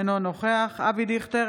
אינו נוכח אבי דיכטר,